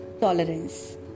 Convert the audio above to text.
tolerance